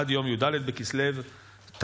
עד יום י"ד בכסלו תשפ"ה,